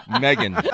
Megan